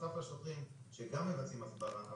בנוסף לשוטרים שגם מבצעים הסברה,